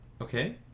Okay